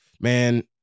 Man